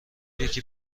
یکی